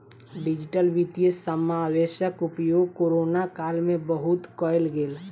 digital वित्तीय समावेशक उपयोग कोरोना काल में बहुत कयल गेल